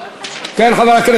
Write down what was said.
כן, רבותי,